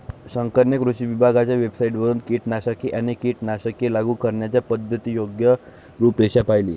शंकरने कृषी विभागाच्या वेबसाइटवरून कीटकनाशके आणि कीटकनाशके लागू करण्याच्या पद्धतीची योग्य रूपरेषा पाहिली